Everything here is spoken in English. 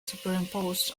superimposed